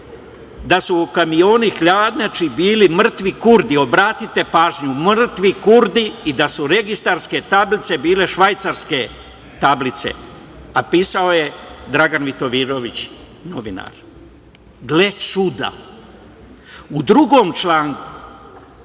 da su u kamionu hladnjačibili mrtvi Kurdi, obratite pažnju, mrtvi Kurdi i da su registarske tablice bile švajcarske tablice, a pisao je Dragan Vitomirović novinar. Gle čuda, u drugom članku